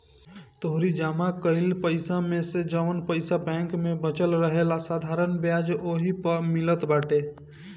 तोहरी जमा कईल पईसा मेसे जवन पईसा बैंक में बचल रहेला साधारण बियाज ओही पअ मिलत बाटे